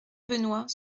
benoist